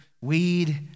weed